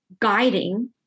guiding